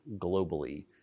globally